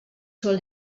soll